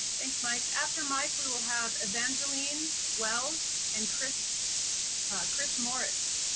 thanks, mike. after mike, we will have evangeline wells and chris chris morris.